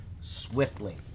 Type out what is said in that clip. swiftly